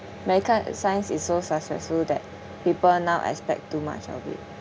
medical science is so successful that people now expect too much of it